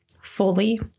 fully